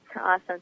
Awesome